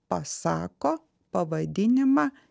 pasako pavadinimą